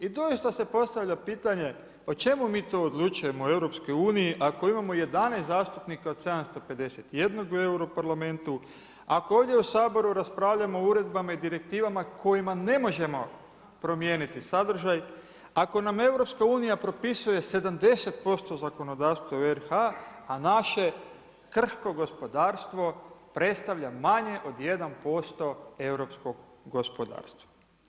I doista se postavlja pitanje o čemu mi to odlučujemo u EU ako imamo 11 zastupnika od 751 u europarlamentu, ako ovdje u Saboru raspravljamo o uredbama i direktivama kojima ne možemo promijeniti sadržaj, ako nam EU propisuje 70% zakonodavstva u RH, a naše krhko gospodarstvo predstavlja manje od 1% europskog gospodarstva.